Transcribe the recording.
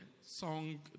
song